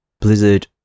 Blizzard